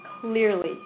clearly